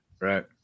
right